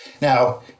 Now